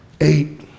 Eight